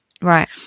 Right